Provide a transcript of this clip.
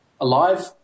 alive